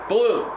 Blue